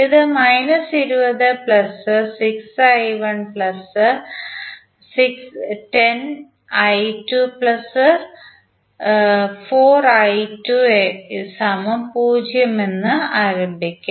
ഇത് എന്ന് ആരംഭിക്കും